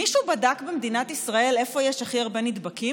מישהו בדק במדינת ישראל איפה יש הכי הרבה נדבקים?